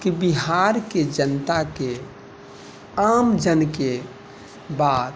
कि बिहारके जनताके आम जनके बात